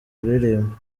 kuririmba